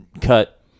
cut